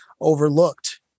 overlooked